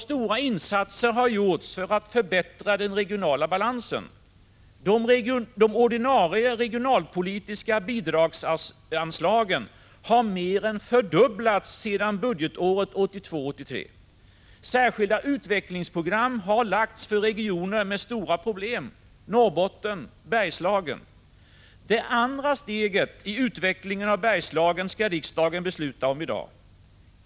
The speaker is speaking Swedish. Stora insatser har gjorts för att förbättra den regionala balansen. De ordinarie regionalpolitiska bidragsanslagen har mer än fördubblats sedan budgetåret 1982/83. Särskilda utvecklingsprogram har gjorts för regioner med stora problem, såsom Norrbotten och Bergslagen. Det andra steget i utvecklingen av Bergslagen skall riksdagen fatta beslut om i dag.